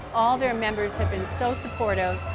all their members have been so supportive.